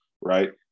right